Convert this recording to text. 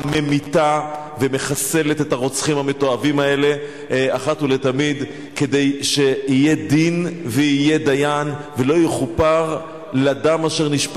להאחדה ולהשוואה של דיני הראיות וסדרי הדין הנהוגים